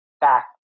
back